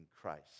Christ